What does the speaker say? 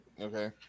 Okay